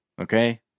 Okay